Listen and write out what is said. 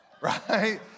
right